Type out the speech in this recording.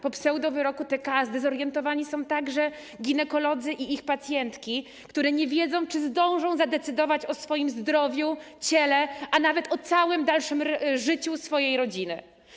Po pseudowyroku TK zdezorientowani są także ginekolodzy i ich pacjentki, które nie wiedzą, czy zdążą zadecydować o swoim zdrowiu, ciele, a nawet o całym dalszym życiu swojej rodziny.